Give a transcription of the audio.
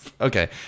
okay